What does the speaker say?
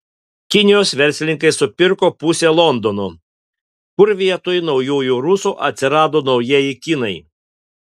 kinijos verslininkai supirko pusę londono kur vietoj naujųjų rusų atsirado naujieji kinai